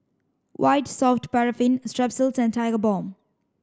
white soft paraffin Strepsils and Tigerbalm